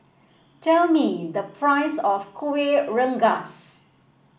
tell me the price of Kuih Rengas